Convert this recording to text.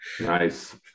nice